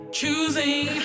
choosing